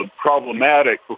problematic